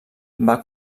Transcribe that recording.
van